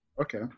Okay